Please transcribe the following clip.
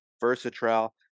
versatile